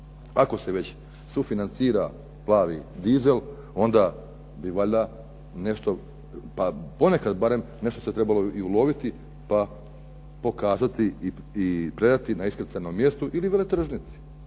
ako se već sufinancira plavi dizel, onda bi valjda nešto, pa ponekad barem nešto se trebalo i uloviti pa pokazati i predati na iskrcajnom mjestu ili veletržnici.